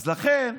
אז לכן,